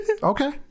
Okay